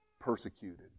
persecuted